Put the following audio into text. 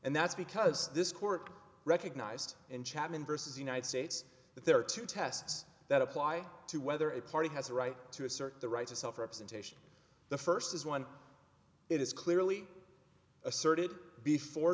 and that's because this court recognized in chapman versus the united states that there are two tests that apply to whether a party has a right to assert the right to self representation the first is one it is clearly asserted before